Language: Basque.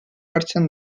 hartzen